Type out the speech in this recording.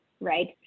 right